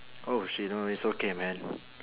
oh shit no it's okay man